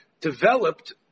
developed